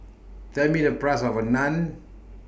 Tell Me The Price of A Naan